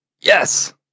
Yes